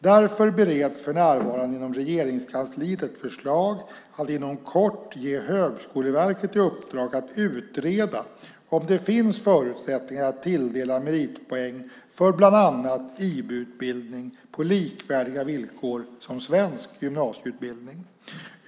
Därför bereds för närvarande inom Regeringskansliet ett förslag att inom kort ge Högskoleverket i uppdrag att utreda om det finns förutsättningar att tilldela meritpoäng för bland annat IB-utbildning på likvärdiga villkor som för svensk gymnasial utbildning.